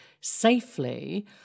safely